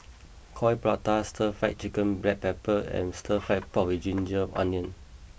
Coin Prata Stir Fried Chicken Black Pepper and Stir Fry Pork with Ginger Onions